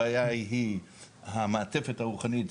הבעיה היא המעטפת הרוחנית.